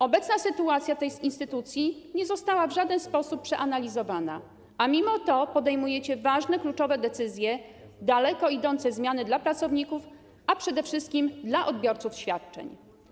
Obecna sytuacja tej instytucji nie została w żaden sposób przeanalizowana, a mimo to podejmujecie ważne, kluczowe decyzje, wprowadzacie daleko idące zmiany dla pracowników, a przede wszystkim dla odbiorców świadczeń.